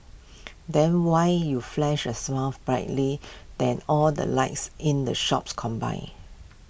then why you flash A smile brightly than all the lights in the shops combined